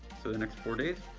so the next four days.